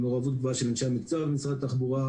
עם מעורבות גבוהה של אנשי המקצוע במשרד התחבורה.